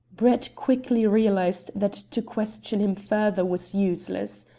brett quickly realized that to question him further was useless.